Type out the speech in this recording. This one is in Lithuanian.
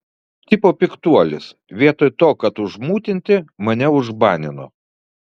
tipo piktuolis vietoj to kad užmutinti mane užbanino